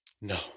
No